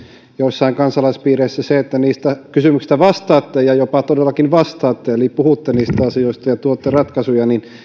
joissain kansalaispiireissä se että niistä kysymyksistä vastaatte ja todellakin jopa vastaatte eli puhutte niistä asioista ja tuotte ratkaisuja